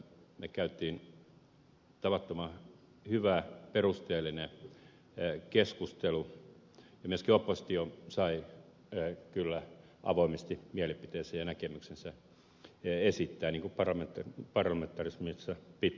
me kävimme tavattoman hyvän perusteellisen keskustelun ja myöskin oppositio sai kyllä avoimesti mielipiteensä ja näkemyksensä esittää niin kuin parlamentarismissa pitääkin